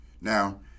Now